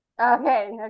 Okay